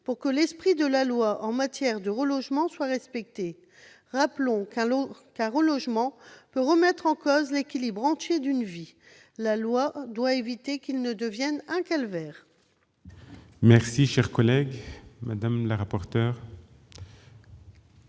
pour que l'esprit de la loi en matière de relogement soit respecté. Rappelons qu'un relogement peut remettre en cause l'équilibre entier d'une vie ! La loi doit éviter qu'il ne devienne un calvaire. Quel est l'avis de la commission